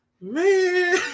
man